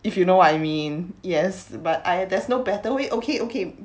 if you know what I mean yes but there's no better way okay okay